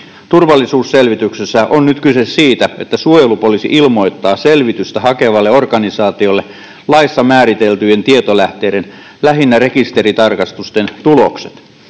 Turvallisuusselvityksessä on nyt kyse siitä, että suojelupoliisi ilmoittaa selvitystä hakevalle organisaatiolle laissa määriteltyjen tietolähteiden, lähinnä rekisteritarkastusten, tulokset.